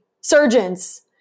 surgeons